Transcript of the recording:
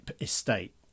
Estate